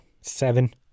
Seven